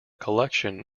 collection